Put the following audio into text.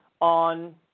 on